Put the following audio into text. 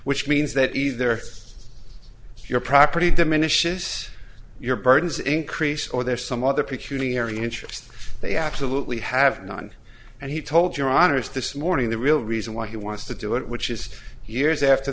which means that either your property diminishes your burdens increase or there's some other peculiarity interest they absolutely have none and he told your honour's this morning the real reason why he wants to do it which is years after